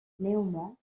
néanmoins